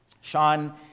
Sean